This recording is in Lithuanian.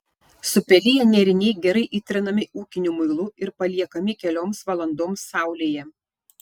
supeliję nėriniai gerai įtrinami ūkiniu muilu ir paliekami kelioms valandoms saulėje